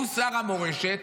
הוא שר המורשת